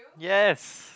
yes